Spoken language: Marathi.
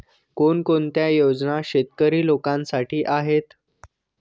कोणकोणत्या योजना शेतकरी लोकांसाठी आहेत?